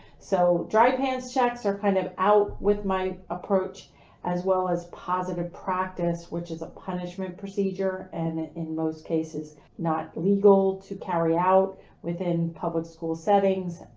so dry pants checks are kind of out with my approach as well as positive practice, which is a punishment procedure and in most cases not legal to carry out within public school settings,